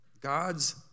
God's